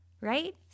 Right